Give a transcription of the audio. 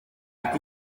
igiti